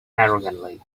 arrogantly